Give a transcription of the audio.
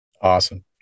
Awesome